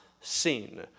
seen